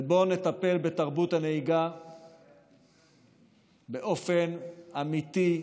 ובואו נטפל בתרבות הנהיגה באופן אמיתי,